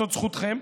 זאת זכותכם,